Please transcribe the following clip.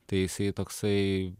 tai jisai toksai